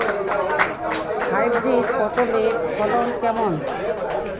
Hybrid পটলের ফলন কেমন?